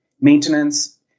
maintenance